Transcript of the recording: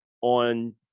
on